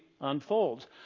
unfolds